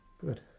Good